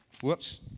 whoops